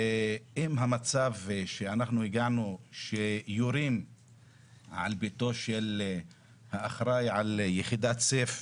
אם המצב שהגענו אליו שיורים על ביתו של האחראי על יחידת סייף,